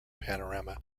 panorama